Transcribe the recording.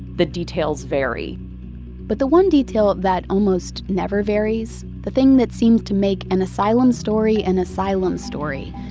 the details vary but the one detail that almost never varies, the thing that seems to make an asylum story an asylum story,